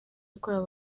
yakorewe